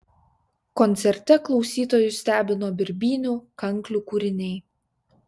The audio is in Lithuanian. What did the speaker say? koncerte klausytojus stebino birbynių kanklių kūriniai